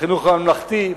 החינוך הממלכתי,